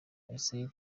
isaie